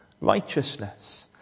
Righteousness